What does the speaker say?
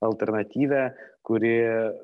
alternatyvią kuri